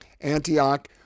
Antioch